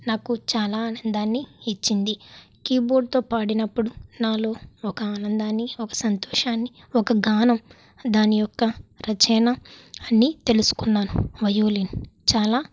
నాకు చాలా ఆనందాన్ని ఇచ్చింది కీబోర్డ్తో పాడినప్పుడు నాలో ఒక ఆనందాన్ని ఒక సంతోషాన్ని ఒక గానం దాని యొక్క రచన అన్నీ తెలుసుకున్నాను వయోలిన్ చాలా